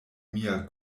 mia